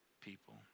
people